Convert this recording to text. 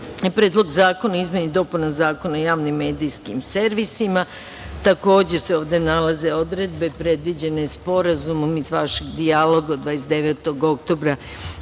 Predlog zakona o izmeni i dopuni Zakona o javnim medijskim servisima. Takođe se ovde nalaze odredbe predviđene Sporazumom iz vašeg dijaloga od 29. oktobra